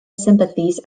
sympathies